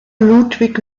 ludwig